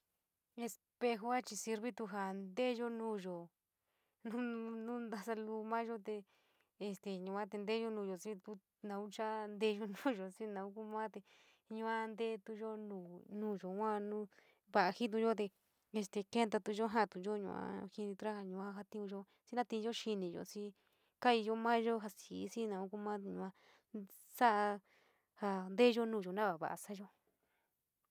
Espejo chií sirve tu jaa nteeyo nuyo nu ntasa luu mayo te este yuate nteyo xi tu naun chi nte´eyo nuyo xi naun kumate yuante´e tuyo nuyo, nuyo yua hu vaa ñtayo, te este kentatuuyo nu jaatuyo yua ñinitoa yua jatíinyó, xí maa tinyo xiniyo xi kaiyo mayo ja xi´i, xi nau ku ma ja sa´a ja nteyu nuyo nava va´a sa´ayo.